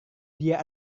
dia